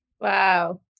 Wow